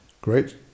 great